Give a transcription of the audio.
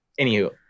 Anywho